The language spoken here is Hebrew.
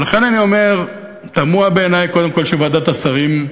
ולכן אני אומר, תמוה בעיני קודם כול שוועדת השרים,